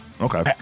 Okay